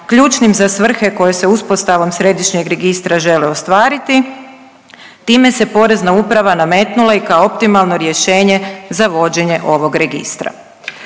ključnim za svrhe koje se uspostavom središnjeg registra žele ostvariti time se porezna uprava nametnula i kao optimalno rješenje za vođenje ovog registra.